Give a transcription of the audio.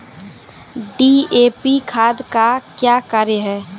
DAP खाद का क्या कार्य हैं?